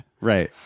Right